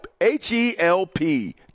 H-E-L-P